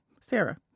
Sarah